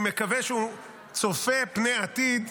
אני מקווה שהוא צופה פני עתיד.